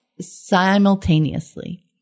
simultaneously